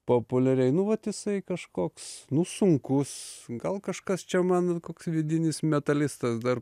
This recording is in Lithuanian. populiariai nu vat jisai kažkoks nu sunkus gal kažkas čia man koks vidinis metalistas dar